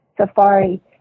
Safari